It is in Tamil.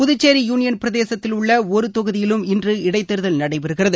புதுச்சேரி யூனியன் பிரதேசத்திலுள்ள ஒரு தொகுதியிலும் இன்று இடைத் தேர்தல் நடைபெறுகிறது